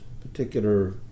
particular